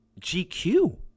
GQ